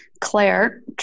Claire